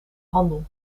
handel